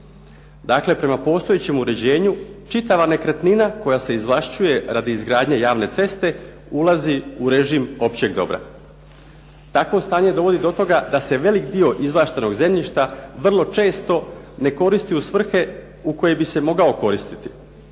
Dakle, prema postojećem uređenju čitava nekretnina koja se izvlašćuje radi izgradnje javne ceste ulazi u režim općeg dobra. Takvo stanje dovodi do toga da se velik dio izvlaštenog zemljišta vrlo često ne koristi u svrhe u koje bi se mogao koristiti,